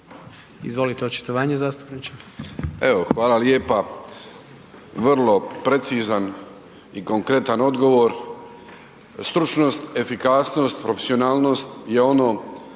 Izvolite očitovanje zastupniče. **Šipić, Ivan (HDZ)** Evo hvala lijepa. Vrlo precizan i konkretan odgovor, stručnost, efikasnost, profesionalnost je ono